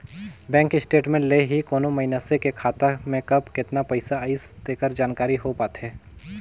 bank statement ले ही कोनो मइसने के खाता में कब केतना पइसा आइस तेकर जानकारी हो पाथे